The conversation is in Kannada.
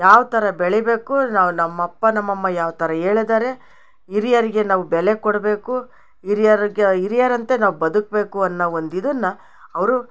ಯಾವ್ಥರ ಬೆಳೆಯಬೇಕು ನಾವು ನಮ್ಮಪ್ಪ ನಮ್ಮಮ್ಮ ಯಾವ್ಥರ ಹೇಳಿದಾರೆ ಹಿರಿಯರಿಗೆ ನಾವು ಬೆಲೆ ಕೊಡಬೇಕು ಹಿರಿಯರ್ಗೆ ಹಿರಿಯರಂತೆ ನಾವು ಬದುಕಬೇಕು ಅನ್ನೋ ಒಂದು ಇದನ್ನ ಅವರು